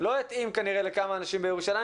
לא התאים כנראה לכמה אנשים בירושלים,